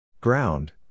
Ground